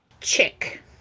chick